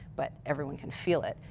but everyone can feel it.